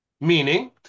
Meaning